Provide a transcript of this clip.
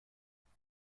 خوشی